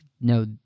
no